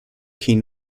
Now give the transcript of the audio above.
keen